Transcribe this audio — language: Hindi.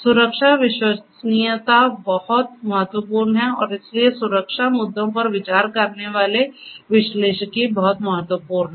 सुरक्षा विश्वसनीयता बहुत महत्वपूर्ण हैं और इसलिए सुरक्षा मुद्दों पर विचार करने वाले विश्लेषिकी बहुत महत्वपूर्ण हैं